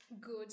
good